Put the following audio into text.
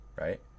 Right